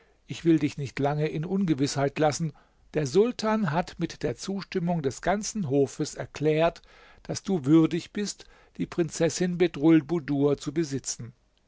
ich will dich nicht lange in ungewißheit lassen der sultan hat mit der zustimmung des ganzen hofes erklärt daß du würdig bist die prinzessin bedrulbudur zu besitzen